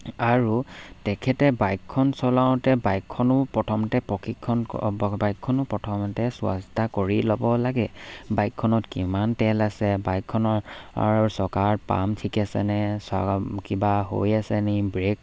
আৰু তেখেতে বাইকখন চলাওঁতে বাইকখনো প্ৰথমতে প্ৰশিক্ষণ বাইকখনো প্ৰথমতে চোৱা চিতা কৰি ল'ব লাগে বাইকখনত কিমান তেল আছে বাইকখনৰ চকাৰ পাম ঠিক আছেনে চ কিবা হৈ আছে নি ব্ৰেক